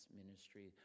ministry